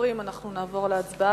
דוברים על הצעת החוק,